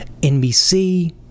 nbc